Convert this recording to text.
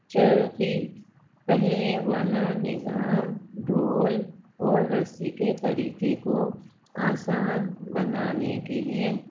چرخی پہیے والا نظام ڈھول اور رسی کے طریقے کو آسان بنانے کے لیے